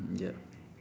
ya